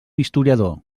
historiador